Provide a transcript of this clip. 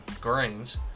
grains